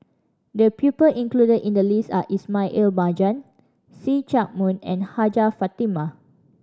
the people included in the list are Ismail Marjan See Chak Mun and Hajjah Fatimah